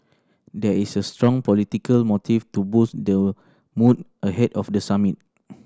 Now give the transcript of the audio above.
there is a strong political motive to boost the mood ahead of the summit